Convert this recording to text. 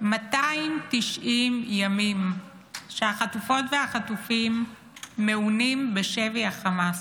290 ימים שהחטופות והחטופים מעונים בשבי החמאס.